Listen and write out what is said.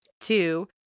Two